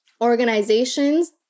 organizations